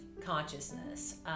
consciousness